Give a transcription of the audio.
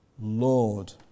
Lord